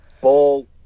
Ball